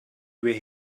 where